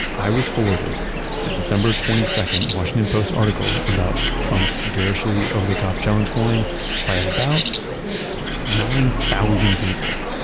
i was forwarded the december twenty second washington post article about trump's garishly over the top challenge going by about nine thousand people.